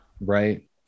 Right